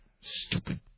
stupid